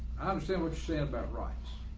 um say like say about rights